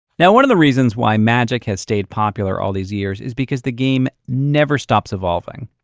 now one of the reasons why magic has stayed popular all these years is because the game never stops evolving.